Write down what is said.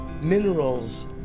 minerals